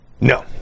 No